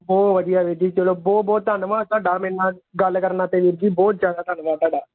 ਬਹੁਤ ਵਧੀਆ ਵੀਰ ਜੀ ਚਲੋ ਬਹੁਤ ਬਹੁਤ ਧੰਨਵਾਦ ਤੁਹਾਡਾ ਮੇਰੇ ਨਾਲ ਗੱਲ ਕਰਨ ਵਾਸਤੇ ਵੀਰ ਜੀ ਬਹੁਤ ਜ਼ਿਆਦਾ ਧੰਨਵਾਦ ਤੁਹਾਡਾ